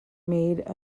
made